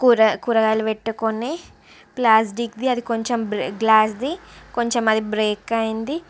కూర కూరగాయలు పెట్టుకొని ప్ల్యాస్టిక్ది అది బ్రే కొంచెం గ్లాస్ది కొంచెం అది బ్రేక్ అయింది